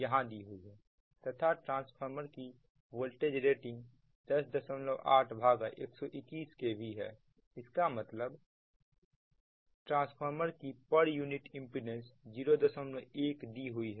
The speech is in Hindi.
यहां दी हुई है तथा ट्रांसफार्मर की वोल्टेज रेटिंग 108121 kV है इसका मतलब ट्रांसफार्मर की पर यूनिटी इंपीडेंस 01 दी हुई है